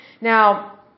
Now